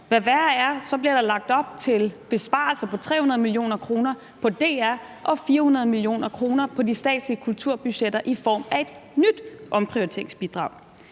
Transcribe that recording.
Hvad værre er, bliver der lagt op til besparelser på 300 mio. kr. på DR og 400 mio. kr. på de statslige kulturbudgetter i form af et nyt omprioriteringsbidrag.